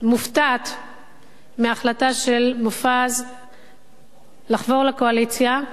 מופתעת מההחלטה של מופז לחבור לקואליציה,